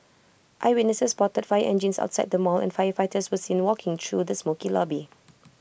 eyewitnesses spotted fire engines outside the mall and firefighters were seen walking through the smokey lobby